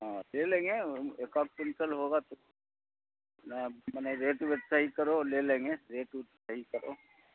ہاں دے لیں گے ہم ایک آک کوئنٹل ہوگا تو نہیں منے ریٹ ویٹ صحیح کرو لے لیں گے ریٹ اوٹ صحیح کرو